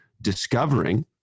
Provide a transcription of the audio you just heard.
discovering